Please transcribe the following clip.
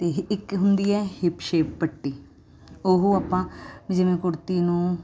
ਤੇ ਇਹ ਇੱਕ ਹੁੰਦੀ ਐ ਹਿੱਪ ਸ਼ੇਪ ਪੱਟੀ ਉਹ ਆਪਾਂ ਵੀ ਜਿਵੇਂ ਕੁੜਤੀ ਨੂੰ